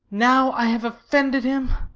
now i have offended him!